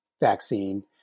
vaccine